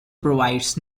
provides